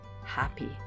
happy